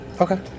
Okay